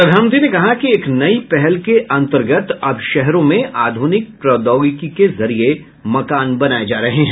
प्रधानमंत्री ने कहा कि एक नई पहल के अंतर्गत अब शहरों में आधुनिक प्रौद्योगिकी के जरिये मकान बनाये जा रहे हैं